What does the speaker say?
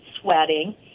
sweating